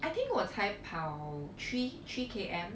I think 我才跑 three three K_M